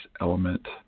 element